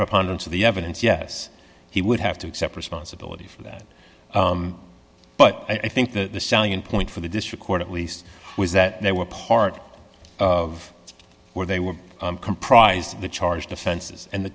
preponderance of the evidence yes he would have to accept responsibility for that but i think that the salient point for the district court at least was that they were part of where they were comprised of the charged offenses and